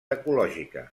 ecològica